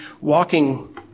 walking